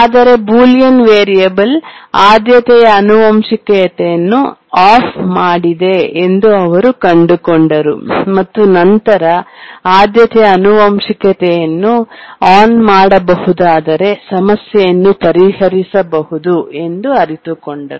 ಆದರೆ Boolean variable ಆದ್ಯತೆಯ ಆನುವಂಶಿಕತೆಯನ್ನು ಆಫ್ ಮಾಡಿದೆ ಎಂದು ಅವರು ಕಂಡುಕೊಂಡರು ಮತ್ತು ನಂತರ ಆದ್ಯತೆಯ ಆನುವಂಶಿಕತೆಯನ್ನು ಆನ್ ಮಾಡಬಹುದಾದರೆ ಸಮಸ್ಯೆಯನ್ನು ಪರಿಹರಿಸಬಹುದು ಎಂದು ಅರಿತುಕೊಂಡರು